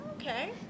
Okay